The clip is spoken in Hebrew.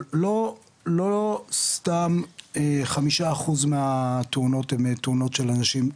לא סתם 5% מהתאונות הן תאונות של אנשים,